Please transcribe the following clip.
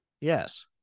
Yes